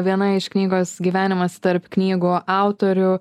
viena iš knygos gyvenimas tarp knygų autorių